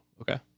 okay